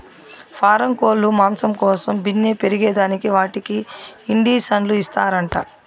పారం కోల్లు మాంసం కోసం బిన్నే పెరగేదానికి వాటికి ఇండీసన్లు ఇస్తారంట